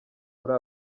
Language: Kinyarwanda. muri